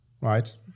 right